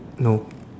no